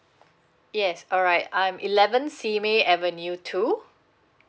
yes alright I'm eleven simei avenue two